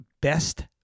best